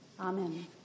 Amen